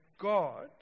God